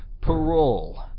Parole